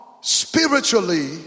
spiritually